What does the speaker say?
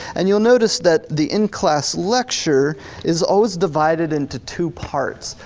and you'll notice that the in class lecture is always divided into two parts.